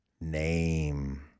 name